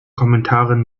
kommentaren